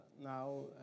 now